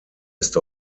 ist